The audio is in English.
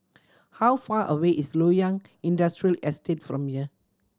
how far away is Loyang Industrial Estate from here